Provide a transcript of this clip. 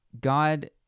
God